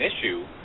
issue